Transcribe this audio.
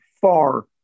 far